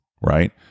right